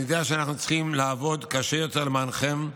אני יודע שאנחנו צריכים לעבוד קשה יותר למענכם,